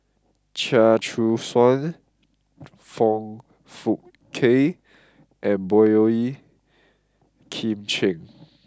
Chia Choo Suan Foong Fook Kay and Boey Kim Cheng